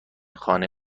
خانه